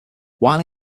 while